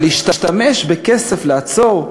אבל להשתמש בכסף לעצור,